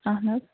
اَہَن حظ